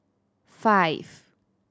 five